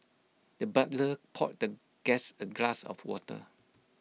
the butler poured the guest A glass of water